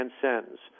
transcends